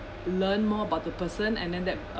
learn more about the person and then that uh